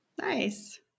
Nice